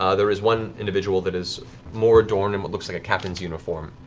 ah there is one individual that is more adorned in what looks like a captain's uniform,